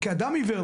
כאדם עיוור,